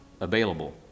available